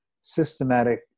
systematic